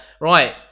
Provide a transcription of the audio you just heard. right